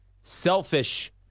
Selfish